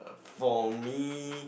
for me